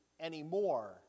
anymore